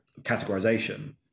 categorization